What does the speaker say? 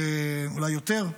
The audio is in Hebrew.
אולי יותר,